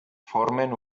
formen